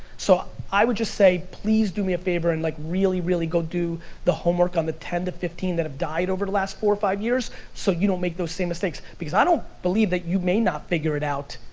so i would just say, please do me a favor and like really really go do the homework on the ten to fifteen that have died over the last four to five years so you don't make the same mistakes, because i don't believe that you may not figure it out,